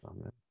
Amen